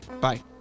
Bye